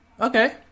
Okay